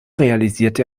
realisierte